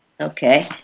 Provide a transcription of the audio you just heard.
Okay